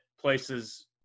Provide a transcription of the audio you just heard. places